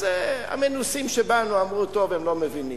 אז המנוסים שבנו אמרו: טוב, הם לא מבינים.